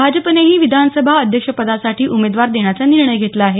भाजपनेही विधानसभा अध्यक्ष पदासाठी उमेदवार देण्याचा निर्णय घेतला आहे